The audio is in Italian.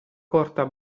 corta